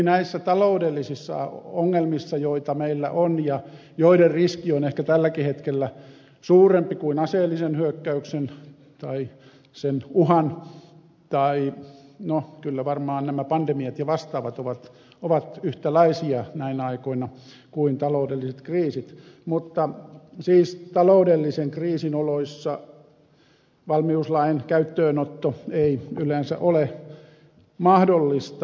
näissä taloudellisissa ongelmissa joita meillä on ja joiden riski on ehkä tälläkin hetkellä suurempi kuin aseellisen hyökkäyksen tai sen uhan tai no kyllä varmaan nämä pandemiat ja vastaavat ovat yhtäläisiä näinä aikoina kuin taloudelliset kriisit siis taloudellisen kriisin oloissa valmiuslain käyttöönotto ei yleensä ole mahdollista